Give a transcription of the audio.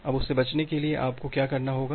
अब उससे बचने के लिए आपको क्या करना होगा